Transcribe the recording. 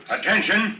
Attention